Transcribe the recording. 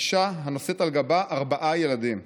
אישה הנושאת על גבה ארבעה ילדים.